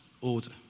order